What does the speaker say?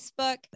Facebook